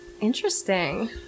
Interesting